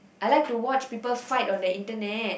I like to watch people fight on that Internet